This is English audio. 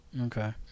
okay